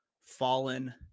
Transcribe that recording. Fallen